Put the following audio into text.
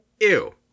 Ew